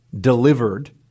delivered